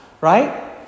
right